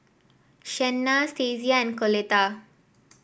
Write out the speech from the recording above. Shenna Stacia and Coletta